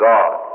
God